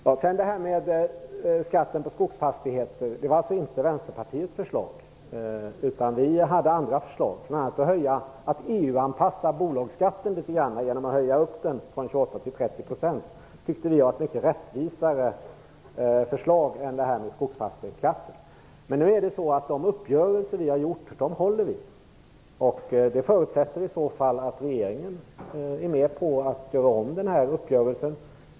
Förslaget om skatt på skogsfastigheter kom inte från Vänsterpartiet. Vi hade andra förslag, bl.a. att till 30 %. Det tycker vi är ett mycket mera rättvist förslag än förslaget om skatt på skogsfastigheter. De uppgörelser vi har gjort håller vi. En ändring här förutsätter att regeringen är med på att göra om uppgörelsen.